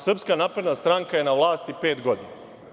Srpska napredna stranka je na vlasti pet godina.